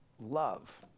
love